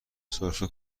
سرفه